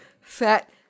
fat